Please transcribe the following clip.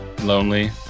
lonely